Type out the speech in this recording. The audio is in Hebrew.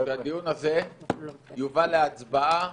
שהדיון הזה יובא להצבעה